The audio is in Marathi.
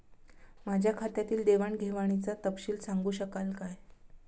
माझ्या खात्यातील देवाणघेवाणीचा तपशील सांगू शकाल काय?